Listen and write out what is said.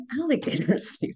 alligators